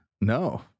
no